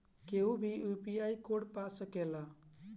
केहू भी UPI code पा सकेला?